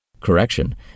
Correction